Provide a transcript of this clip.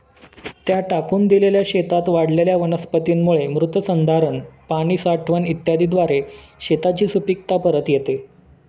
त्या टाकून दिलेल्या शेतात वाढलेल्या वनस्पतींमुळे मृदसंधारण, पाणी साठवण इत्यादीद्वारे शेताची सुपीकता परत येते